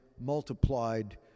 multiplied